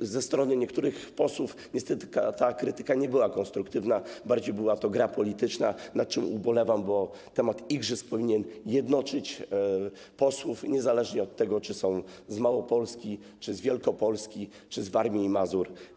ze strony niektórych posłów niestety ta krytyka nie była konstruktywna, bardziej była to gra polityczna, nad czym ubolewam, bo temat igrzysk powinien jednoczyć posłów, niezależnie od tego, czy są z Małopolski, czy z Wielkopolski, czy z Warmii i Mazur.